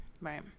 Right